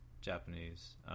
Japanese